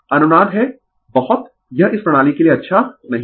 अनुनाद है बहुत यह इस प्रणाली के लिए अच्छा नहीं है